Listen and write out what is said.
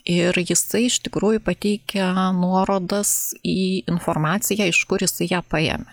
ir jisai iš tikrųjų pateikia nuorodas į informaciją iš kur jisai ją paėmė